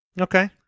Okay